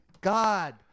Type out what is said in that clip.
God